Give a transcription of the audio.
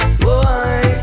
boy